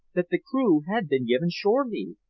that the crew had been given shore-leave.